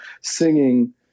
singing